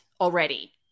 already